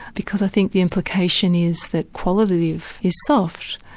because i think the implication is that qualitative is soft.